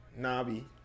nabi